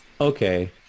okay